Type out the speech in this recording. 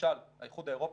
למשל האיחוד האירופי,